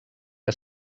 que